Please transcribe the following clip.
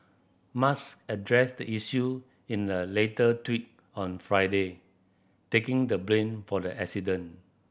Musk addressed the issue in a later tweet on Friday taking the blame for the accident